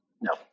No